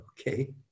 okay